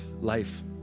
life